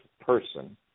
person